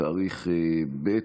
בתאריך ב'